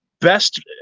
best